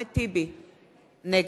תודה,